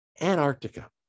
Antarctica